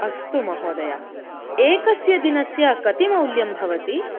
अस्तु महोदय एकस्य दिनस्य कति मौल्यं भवति